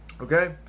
Okay